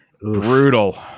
Brutal